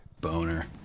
Boner